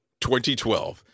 2012